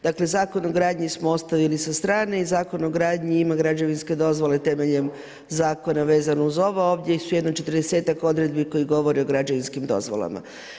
Dakle, Zakon o gradnji smo ostavili sa strane i Zakon o gradnji ima građevinske dozvole temeljem Zakona vezano uz ovo, a ovdje su jedno 40-tak odredbi koje govore o građevinskim dozvolama.